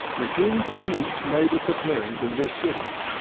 the king's speech made its appearance in this city.